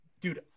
dude